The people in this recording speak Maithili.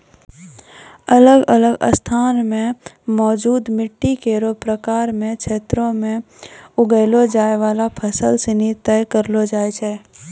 अलग अलग स्थान म मौजूद मिट्टी केरो प्रकार सें क्षेत्रो में उगैलो जाय वाला फसल सिनी तय करलो जाय छै